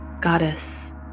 goddess